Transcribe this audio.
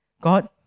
God